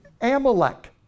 Amalek